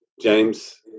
James